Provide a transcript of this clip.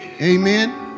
Amen